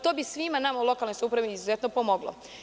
To bi svima nama u lokalnoj samoupravi izuzetno pomoglo.